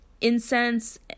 Incense